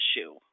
issue